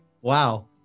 Wow